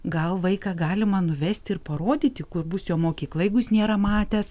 gal vaiką galima nuvesti ir parodyti kur bus jo mokykla jeigu jis nėra matęs